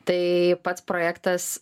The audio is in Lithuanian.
tai pats projektas